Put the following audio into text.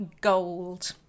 gold